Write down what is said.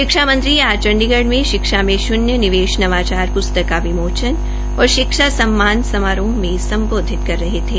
शिक्षा मंत्री आज चंडीगढ़ में शिक्षा में शून्य निवेश नवाचार प्रस्तक का विमोचन और शिक्षा सम्मान समारोह में सम्बोधित कर रहे थे